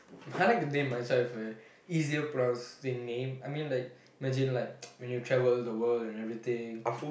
I like to name myself with a easier pronouncing name I mean like imagine like when you travel the world and everything